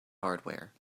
hardware